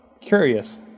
curious